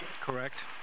Correct